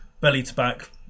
belly-to-back